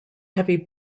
heavy